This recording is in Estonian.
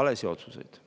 valesid otsuseid.